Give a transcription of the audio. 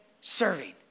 serving